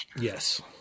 Yes